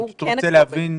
אני רוצה להבין.